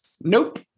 nope